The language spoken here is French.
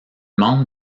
membre